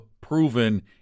proven